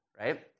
right